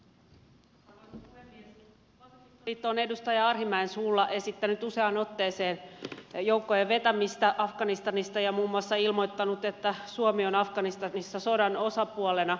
vasemmistoliitto on edustaja arhinmäen suulla esittänyt useaan otteeseen joukkojen vetämistä afganistanista ja muun muassa ilmoittanut että suomi on afganistanissa sodan osapuolena